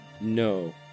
No